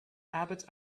albert